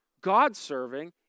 God-serving